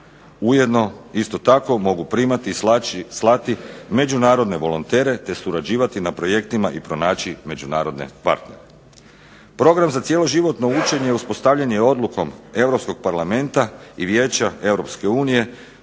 Ujedno isto tako mogu primati i slati međunarodne volontere, te surađivati na projektima i pronaći međunarodne partnere. Program za cjeloživotno učenje uspostavljen je odlukom Europskog parlamenta i Vijeća Europske unije